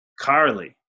Carly